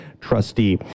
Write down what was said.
trustee